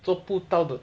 做不到的